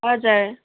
हजुर